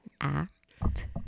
act